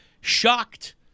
shocked